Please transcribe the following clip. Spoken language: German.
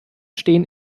stehen